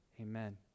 Amen